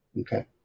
Okay